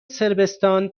صربستان